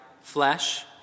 flesh